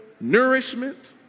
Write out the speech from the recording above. nourishment